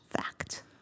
fact